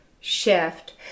shift